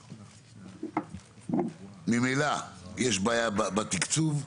ממילא יש בעיה בתקצוב,